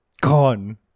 Gone